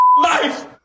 life